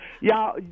y'all